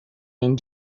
این